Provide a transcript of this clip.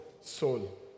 soul